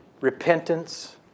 Repentance